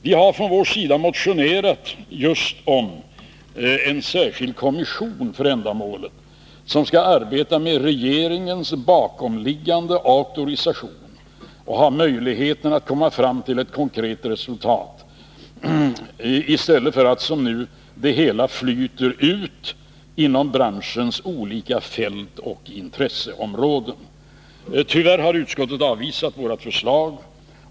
Vi har från vår sida motionerat just om en särskild kommission för ändamålet, som skulle arbeta med regeringens bakomliggande auktorisation och ha möjlighet att komma fram till ett konkret resultat i stället för att, som nu, det hela flyter ut inom branschens olika fält och intresseområden. Tyvärr har utskottsmajoriteten avvisat våra förslag.